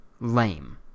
lame